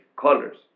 colors